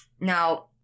now